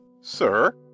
Sir